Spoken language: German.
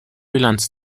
bilanz